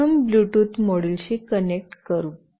तर प्रथम ब्लूटूथ मॉड्यूलशी कनेक्ट करू